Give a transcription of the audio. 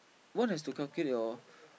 what has to calculate hor